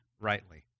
rightly